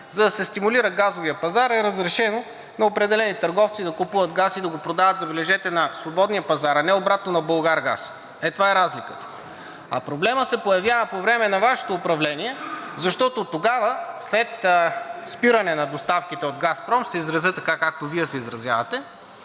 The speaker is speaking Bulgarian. за да се стимулира газовият пазар, е разрешено на определени търговци да купуват газ и да го продават, забележете, на свободния пазар, а не обратно на Булгаргаз. Ето това е разликата. А проблемът се появява по време на Вашето управление, защото тогава, след спиране на доставките от Газпром – ще се изразя така, както Вие се изразявате: